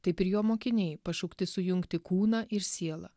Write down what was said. taip ir jo mokiniai pašaukti sujungti kūną ir sielą